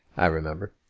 i remember,